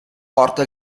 porta